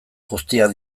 guztiak